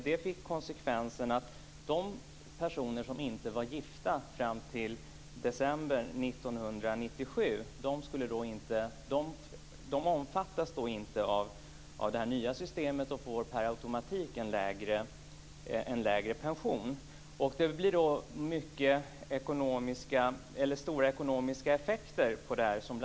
Det fick den konsekvensen att de personer som inte var gifta fram till december 1997 inte omfattas av det här nya systemet och per automatik får en lägre pension. Det blir stora ekonomiska effekter av detta.